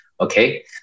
okay